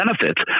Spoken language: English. benefits